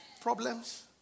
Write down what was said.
Problems